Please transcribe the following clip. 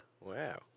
Wow